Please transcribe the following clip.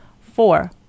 four